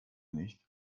nicht